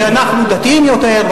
כי אנחנו דתיים יותר,